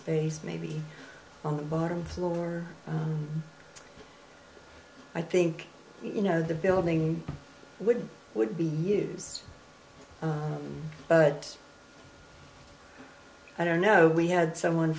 space maybe on the bottom floor i think you know the building would would be used but i don't know we had someone